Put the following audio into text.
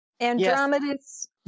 andromeda's